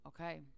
okay